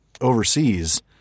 overseas